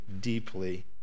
deeply